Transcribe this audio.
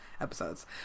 episodes